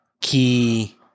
key